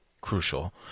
crucial